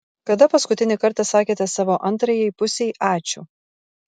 kada paskutinį kartą sakėte savo antrajai pusei ačiū